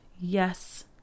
Yes